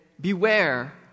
beware